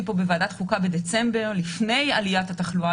פה בוועדת חוקה בדצמבר לפני עליית התחלואה,